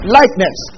likeness